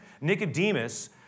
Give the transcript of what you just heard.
Nicodemus